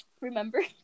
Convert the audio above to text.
remember